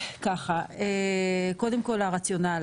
קודם כל הרציונל.